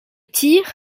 tyr